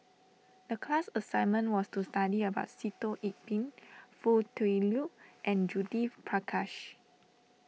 the class assignment was to study about Sitoh Yih Pin Foo Tui Liew and Judith Prakash